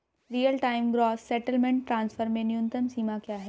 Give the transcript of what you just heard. Real time gross settlement transfer में न्यूनतम सीमा क्या है?